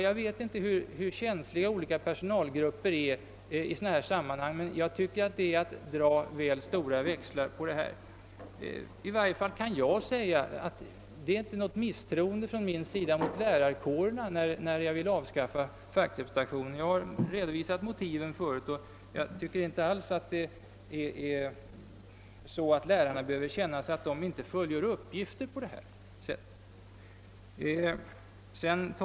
Jag vet inte hur känsliga olika personalgrupper är i sådana här sammanhang, men jag tycker att det är att dra väl stora växlar att göra gällande något sådant. I varje fall kan jag säga, att det inte är något uttryck för någon misstro från min sida mot lärarkåren, när jag vill avskaffa fackrepresentationen. Jag har redovisat motiven förut, och jag tycker inte alls, att lärarna behöver känna att de inte fullgjort sina uppgifter på detta område på ett tillfredsställande sätt.